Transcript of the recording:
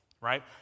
right